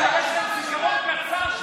שלוש דקות.